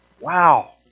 Wow